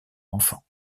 enfants